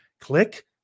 click